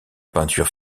peinture